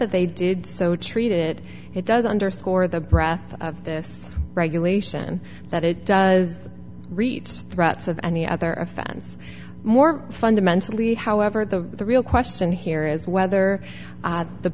that they did so treat it it does underscore the breath of this regulation that it does reach threats of any other offense more fundamentally however the real question here is whether